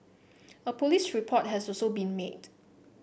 a police report has also been made